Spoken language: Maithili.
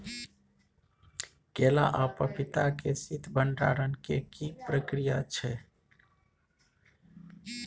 केला आ पपीता के शीत भंडारण के की प्रक्रिया छै?